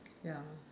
ya